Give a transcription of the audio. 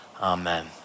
amen